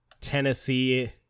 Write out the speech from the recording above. Tennessee